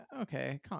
okay